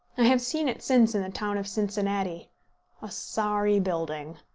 i have seen it since in the town of cincinnati a sorry building!